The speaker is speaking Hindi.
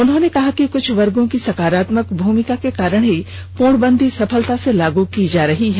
उन्होंने कहा कि कुछ वर्गो की सकारात्मक भूमिका के कारण ही पूर्णबंदी सफलता से लागू की जा रही है